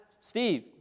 Steve